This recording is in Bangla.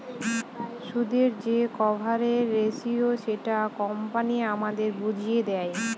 সুদের যে কভারেজ রেসিও সেটা কোম্পানি আমাদের বুঝিয়ে দেয়